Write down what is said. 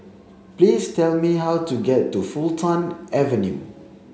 please tell me how to get to Fulton Avenue